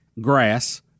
grass